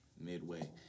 Midway